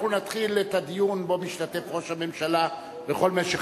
אנחנו נתחיל את הדיון שבו משתתף ראש הממשלה בכל משך